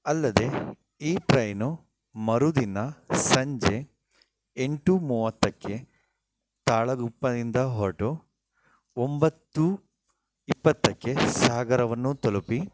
ಅಲ್ಲದೇ ಈ ಟ್ರೈನು ಮರುದಿನ ಸಂಜೆ ಎಂಟು ಮೂವತ್ತಕ್ಕೆ ತಾಳಗುಪ್ಪದಿಂದ ಹೊರಟು ಒಂಬತ್ತು ಇಪ್ಪತ್ತಕ್ಕೆ ಸಾಗರವನ್ನು ತಲುಪಿ